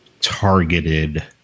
targeted